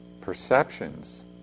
perceptions